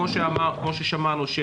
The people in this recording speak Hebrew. כמו ששמענו,